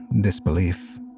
disbelief